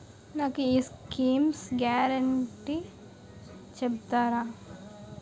నాకు ఈ schemes guarantee చెప్తారా?